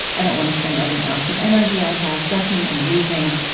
i don't want to spend every ounce of energy i have, ducking and weaving.